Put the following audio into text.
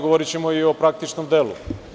Govorićemo i o praktičnom delu.